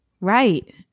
Right